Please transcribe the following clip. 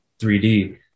3d